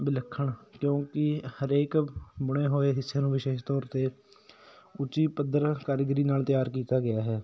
ਵਿਲੱਖਣ ਕਿਉਂਕਿ ਹਰੇਕ ਬੁਣੇ ਹੋਏ ਹਿੱਸੇ ਨੂੰ ਵਿਸ਼ੇਸ਼ ਤੌਰ 'ਤੇ ਉੱਚੀ ਪੱਧਰ ਕਾਰੀਗਿਰੀ ਨਾਲ ਤਿਆਰ ਕੀਤਾ ਗਿਆ ਹੈ